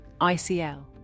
ICL